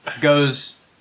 goes